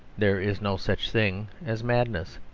there is no such thing as madness.